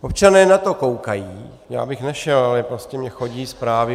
Občané na to koukají, já bych nešel, ale prostě mi chodí zprávy.